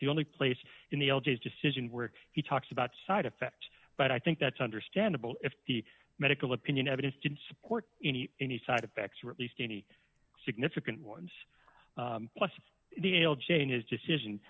the only place in the l g s decision where he talks about side effects but i think that's understandable if the medical opinion evidence didn't support any any side effects or at least any significant ones plus the ail jane his decision